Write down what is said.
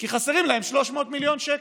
כי חסרים להם 300 מיליון שקלים.